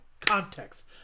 context